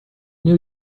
new